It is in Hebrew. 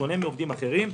בשונה מעובדים אחרים,